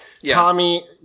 Tommy